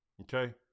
Okay